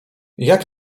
jak